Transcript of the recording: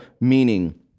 meaning